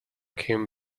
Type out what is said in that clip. came